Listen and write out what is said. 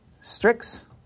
Strix